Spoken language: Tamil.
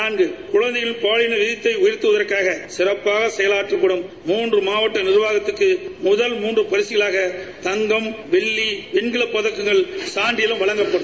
நான்கு குழந்தைகள் பாலின விகிதத்தை உயர்த்துவதற்காக சிறப்பாக செயலர்றறும் மூன்று மாவட்ட நிர்வாகங்களுக்கு முதல் மூன்று பரிசுகளாக தங்கம் வெள்ளி வெண்கலப் பதக்கங்களும் சான்றிதழ்களும் வழங்கப்படும்